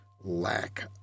lack